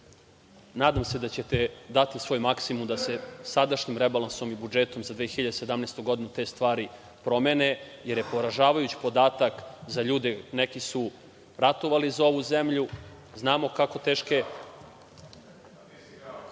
Nadam se da ćete dati svoj maksimum da se sadašnjim rebalansom i budžetom za 2017. godinu te stvari promene, jer je poražavajući podatak za ljude, neki su ratovali za ovu zemlju, znamo kako